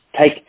Take